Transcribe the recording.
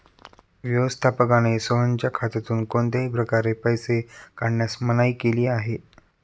व्यवस्थापकाने सोहनच्या खात्यातून कोणत्याही प्रकारे पैसे काढण्यास मनाई केली आहे